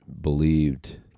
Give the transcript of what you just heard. believed